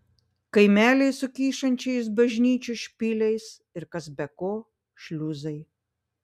kaimeliai su kyšančiais bažnyčių špiliais ir kas be ko šliuzai